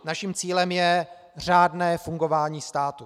Naším cílem je řádné fungování státu.